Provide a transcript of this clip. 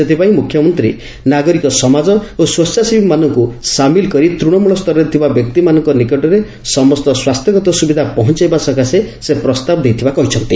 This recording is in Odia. ସେଥିପାଇଁ ମୁଖ୍ୟମନ୍ତୀ ନାଗରିକ ସମାଜ ଓ ସ୍ୱେ ସାମିଲ୍ କରି ତୂଶମୁଳ ସ୍ତରରେ ଥିବା ବ୍ୟକ୍ତିମାନଙ୍କ ନିକଟରେ ସମସ୍ତ ସ୍ୱାସ୍ଥ୍ୟଗତ ସୁବିଧା ପହଞାଇବା ସକାଶେ ସେ ପ୍ରସ୍ତାବ ଦେଇଥିବା କହିଛନ୍ତି